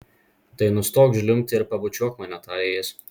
tai nustok žliumbti ir pabučiuok mane tarė jis